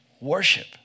worship